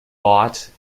bought